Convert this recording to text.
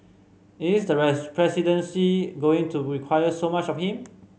is the presidency going to require so much of him